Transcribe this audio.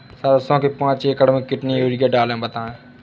सरसो के पाँच एकड़ में कितनी यूरिया डालें बताएं?